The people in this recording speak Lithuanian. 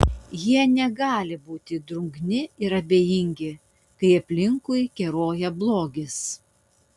jie negali būti drungni ir abejingi kai aplinkui keroja blogis